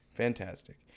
Fantastic